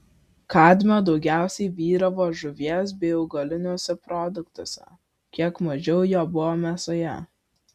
kadmio daugiausiai vyravo žuvies bei augaliniuose produktuose kiek mažiau jo buvo mėsoje